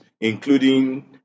including